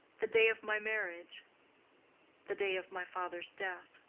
the day of my marriage the day of my father's death